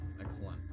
Excellent